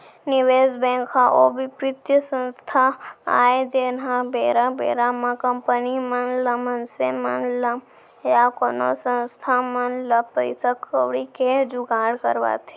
निवेस बेंक ह ओ बित्तीय संस्था आय जेनहा बेरा बेरा म कंपनी मन ल मनसे मन ल या कोनो संस्था मन ल पइसा कउड़ी के जुगाड़ करवाथे